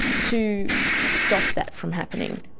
to stop that from happening?